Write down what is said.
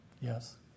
Yes